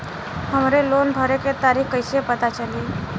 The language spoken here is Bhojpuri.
हमरे लोन भरे के तारीख कईसे पता चली?